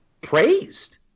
praised